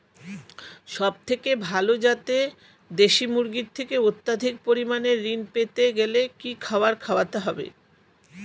সবথেকে ভালো যাতে দেশি মুরগির থেকে অত্যাধিক পরিমাণে ঋণ পেতে গেলে কি খাবার খাওয়াতে হবে?